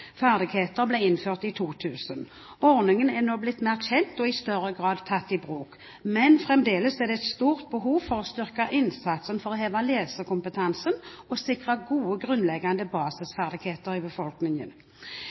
ferdigheter ble innført i 2000. Ordningen er nå blitt mer kjent og i større grad tatt i bruk, men fremdeles er det et stort behov for å styrke innsatsen for å heve lesekompetansen og sikre gode, grunnleggende basisferdigheter i befolkningen.